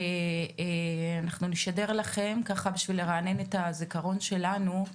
בשביל לרענן את הזכרון שלנו,